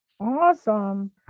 awesome